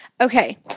okay